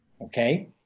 Okay